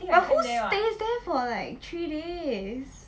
but who stays there for like three days